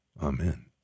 Amen